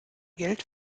geld